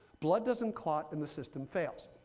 blood doesn't clot, and the system fails.